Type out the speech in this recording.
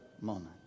moment